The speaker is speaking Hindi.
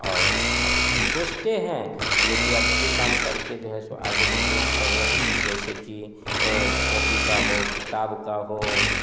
और सोचते हैं देखिए अब यह काम कर के जो है सो आगे बिजनेस करें जैसे कि कॉपी का हो किताब का हो